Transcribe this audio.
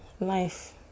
life